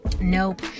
Nope